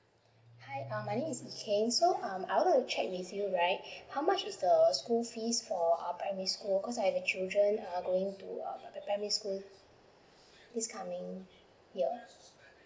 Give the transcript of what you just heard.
hi um my name is yee keng so um I wanted to check with you right how much is the school fees for our primary school cause I have a children uh going to uh the primary school this coming year